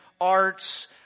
arts